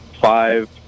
five